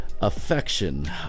affection